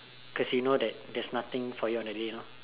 cause you know that there's nothing for your on the day you know